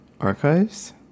archives